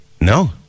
No